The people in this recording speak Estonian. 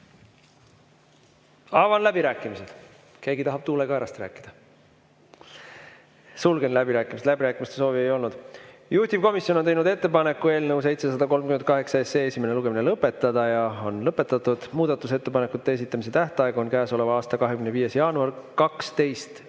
Avan läbirääkimised. Keegi tahab tuulekaerast rääkida? Sulgen läbirääkimised, läbirääkimiste soovi ei olnud. Juhtivkomisjon on teinud ettepaneku eelnõu 738 esimene lugemine lõpetada. Ja see on lõpetatud. Muudatusettepanekute esitamise tähtaeg on käesoleva aasta 25. jaanuar kell 12.